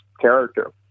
character